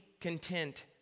content